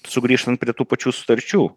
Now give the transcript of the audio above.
sugrįžtant prie tų pačių sutarčių